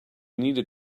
needed